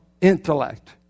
intellect